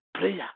prayer